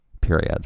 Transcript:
Period